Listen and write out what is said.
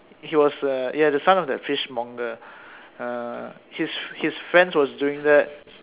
he was err ya the son of that fishmonger uh his his friends was doing that